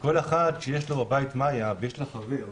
כל אחד שיש לו בבית מאיה ויש לה חבר,